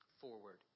forward